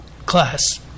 Class